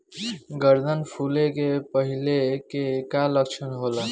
गर्दन फुले के पहिले के का लक्षण होला?